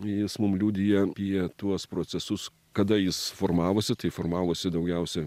jis mum liudija apie tuos procesus kada jis formavosi tai formavosi daugiausia